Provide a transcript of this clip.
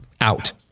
out